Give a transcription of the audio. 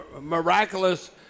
miraculous